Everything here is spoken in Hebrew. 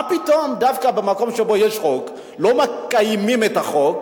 מה פתאום דווקא במקום שבו יש חוק לא מקיימים את החוק,